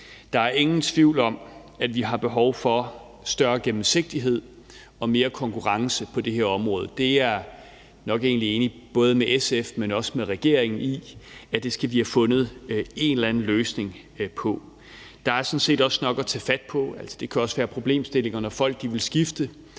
Der er ingen tvivl om, at vi har behov for større gennemsigtighed og mere konkurrence på det her område. Det er jeg nok egentlig enig med både SF og regeringen i, altså at vi skal have fundet en eller anden løsning på det. Der er sådan set også nok at tage fat på. Der kan også være problemstillinger, når folk vil skifte